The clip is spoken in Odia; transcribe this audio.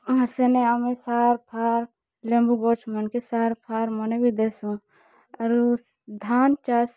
ସେନ ଆମେ ସାର୍ଫାର୍ ଲେମ୍ବୁ ଗଛ ମାନ୍କେ ସାର୍ଫାର୍ ମାନେ ବି ଦେସୁଁ ଆରୁ ଧାନ୍ ଚାଷ୍